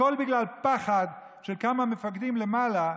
הכול בגלל פחד של כמה מפקדים למעלה,